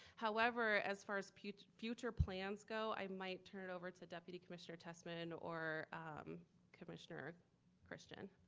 however, as far as future future plans go, i might turn over to deputy commissioner tessman or commissioner christian